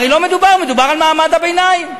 הרי מדובר על מעמד הביניים.